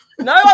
No